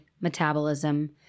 metabolism